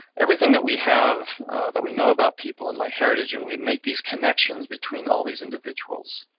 everything that we have that we know about people in myheritage, and we make these connections between all these individuals.